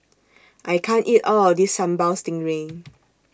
I can't eat All of This Sambal Stingray